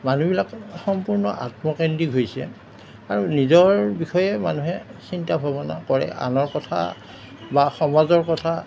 মানুহবিলাক সম্পূৰ্ণ আত্মকেন্দ্ৰিক হৈছে আৰু নিজৰ বিষয়ে মানুহে চিন্তা ভাৱনা কৰে আনৰ কথা বা সমাজৰ কথা